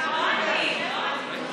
שקרנים, שקרנים, זה מה שאתם.